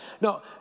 No